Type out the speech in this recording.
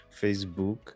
Facebook